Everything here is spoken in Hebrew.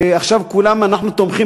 עכשיו כולנו תומכים